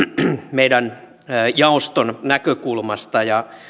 meidän jaostomme näkökulmasta ja